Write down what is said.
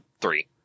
Three